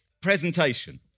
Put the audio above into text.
presentation